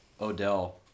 Odell